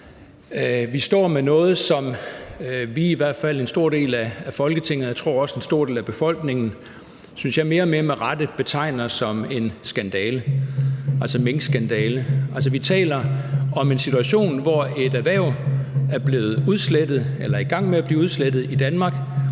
Vi står med noget, som vi i hvert fald – en stor del af Folketinget, og jeg tror også en stor del af befolkningen – mener mere og mere med rette betegner som en skandale, altså en minkskandale. Vi taler om en situation, hvor et erhverv i Danmark er blevet udslettet eller er i gang med at blive udslettet på baggrund